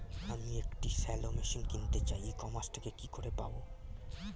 আমি একটি shallow machine কিনতে চাই ই কমার্স থেকে কি করে পাবো?